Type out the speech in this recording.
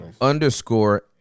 underscore